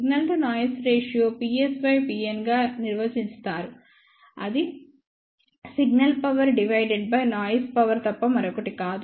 signal to noise ratio PSPn గా నిర్వచిస్తారు అది signal power divided by noise power తప్ప మరొకటి కాదు